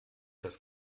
das